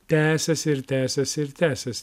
tęsiasi ir tęsiasi ir tęsis